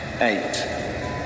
Eight